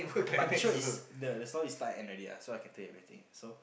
but this show is the the story is start and end already so I can tell you everything so